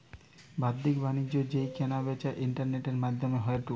বাদ্দিক বাণিজ্য যেই কেনা বেচা ইন্টারনেটের মাদ্ধমে হয়ঢু